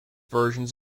versions